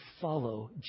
follow